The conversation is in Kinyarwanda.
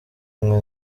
imwe